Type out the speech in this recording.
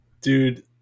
Dude